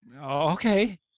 okay